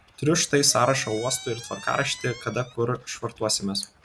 turiu štai sąrašą uostų ir tvarkaraštį kada kur švartuosimės